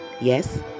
Yes